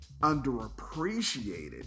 underappreciated